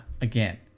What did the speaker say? again